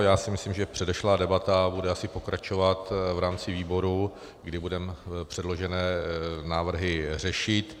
Já si myslím, že předešlá debata bude asi pokračovat v rámci výboru, kdy budeme předložené návrhy řešit.